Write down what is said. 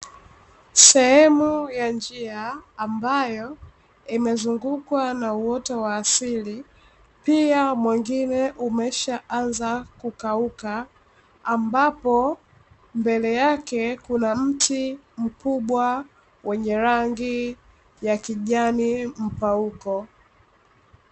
Sehemu ya njia ambayo imezungukwa na uoto wa asili, pia mwingine umeshaanza kukauka, ambapo mbele yake kuna mti mkubwa wenye rangi ya kijani mpauko.